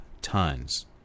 tons